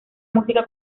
música